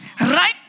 Right